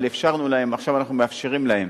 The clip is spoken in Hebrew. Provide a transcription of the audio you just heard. אבל אפשרנו להן, עכשיו אנחנו מאפשרים להן